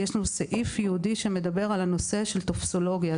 יש לנו סעיף ייעודי שמדבר על הנושא של טופסולוגיה,